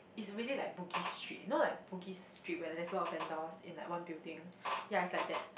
it's really like Bugis-Street you know like Bugis-Street where there's a lot of vendors in like one building ya it's like that